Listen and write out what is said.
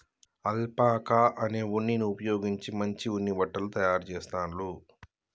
alpaca అనే ఉన్నిని ఉపయోగించి మంచి ఉన్ని బట్టలు తాయారు చెస్తాండ్లు